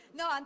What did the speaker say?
no